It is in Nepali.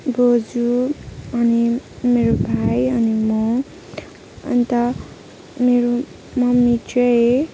बोजु अनि मेरो भाइ अनि म अन्त मेरो मम्मी चाहिँ